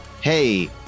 hey